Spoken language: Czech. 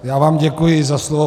Já vám děkuji za slovo.